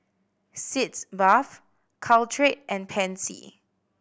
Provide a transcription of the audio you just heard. Sitz Bath Caltrate and Pansy